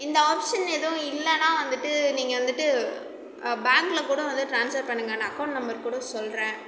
இந்த ஆப்ஷன் எதுவும் இல்லைனா வந்துட்டு நீங்கள் வந்துட்டு பேங்க்கில் கூட வந்து டிரான்ஸ்ஃபெர் பண்ணுங்க நான் அக்கௌன்ட் நம்பர் கூட சொல்கிறேன்